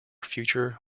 future